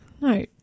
No